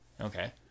Okay